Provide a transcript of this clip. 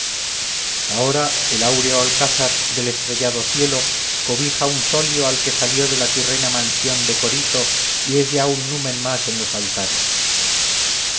ahora el áureo alcázar del estrellado cielo cobija un solio al que salió de la tirrena mansión de corito y es ya un numen más en los altares